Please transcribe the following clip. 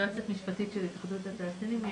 יועצת משפטית של התאחדות התעשיינים.